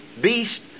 beast